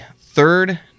third